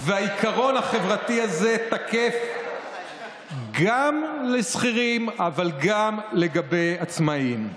העיקרון החברתי הזה תקף גם לשכירים אבל גם לעצמאים.